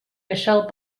michele